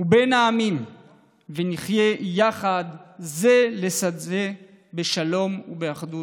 ובין העמים ונחיה יחד זה לצד זה בשלום ובאחדות.